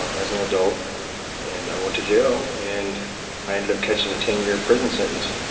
um as an adult and i went to jail and i ended up catching a ten year prison sentence.